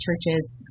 churches